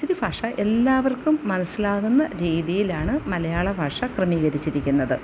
അച്ചടി ഭാഷ എല്ലാവർക്കും മനസ്സിലാകുന്ന രീതിയിലാണ് മലയാള ഭാഷ ക്രമീകരിച്ചിരിക്കുന്നത്